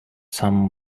some